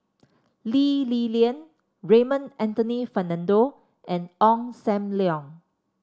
Lee Li Lian Raymond Anthony Fernando and Ong Sam Leong